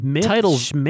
title's